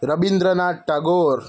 Rabindranath Tagore